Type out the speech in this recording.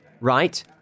Right